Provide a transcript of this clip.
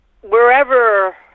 wherever